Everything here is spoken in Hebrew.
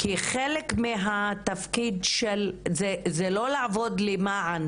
כי חלק מהתפקיד של, זה לא לעבוד למען